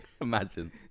Imagine